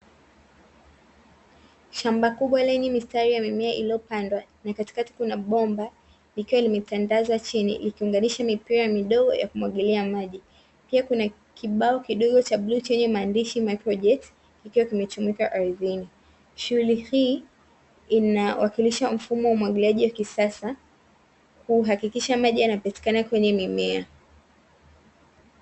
Shamba kubwa lenye mistari ya mimea iliyopandwa katikati kuna bomba likiwa limetandazwa chini mipira midogo ya kumwagilia maji, kuna kibao kidogo cha bluu chenye maandishi 'my project' kimechomekwa ardhini. Shughuli hii ina wakilisha mfumo wa umwagiliaji wa kisasa kuhakikidha maji yanapatikana kwenye mimea.